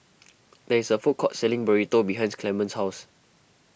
there is a food court selling Burrito behind Clement's house